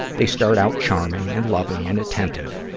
they start out charming and loving and attentive.